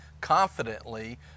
confidently